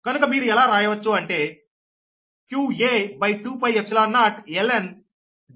కనుక మీరు ఎలా రాయవచ్చు అంటే qa2π0ln Deqr Van